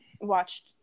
watched